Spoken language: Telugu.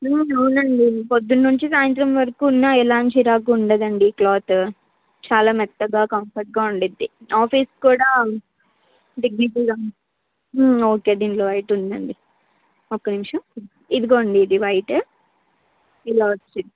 అవునండి పొద్దున నుంచీ సాయంత్రం వరకు ఉన్నా ఎలాంటి చిరాకు ఉండదండి ఈ క్లాత్ చాలా మెత్తగా కంఫర్ట్గా ఉంటుంది ఆఫీస్కి కూడా డిగ్నిటీగా ఓకే దీంతో వైట్ ఉందండి ఒక్క నిమిషం ఇదిగోండి ఇది వైట్ ఇలా వస్తుంది